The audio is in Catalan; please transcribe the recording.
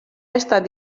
estat